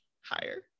higher